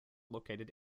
located